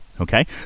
okay